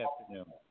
afternoon